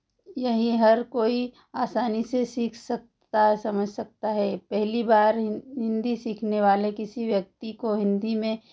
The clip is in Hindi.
यही हर कोई आसानी से सीख सकता है समझ सकता है पहली बार हिंदी सीखने वाले किसी व्यक्ति को हिंदी में